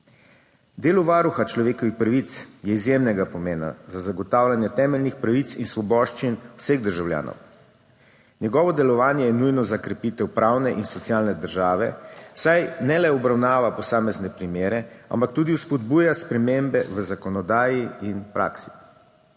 Delo Varuha človekovih pravic je izjemnega pomena za zagotavljanje temeljnih pravic in svoboščin vseh državljanov. Njegovo delovanje je nujno za krepitev pravne in socialne države, saj ne le obravnava posamezne primere, ampak tudi spodbuja spremembe v zakonodaji in praksi.